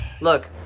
Look